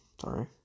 sorry